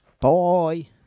bye